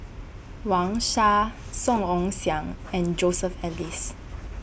Wang Sha Song Ong Siang and Joseph Elias